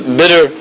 bitter